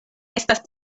estas